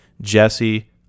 Jesse